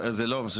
זה לא,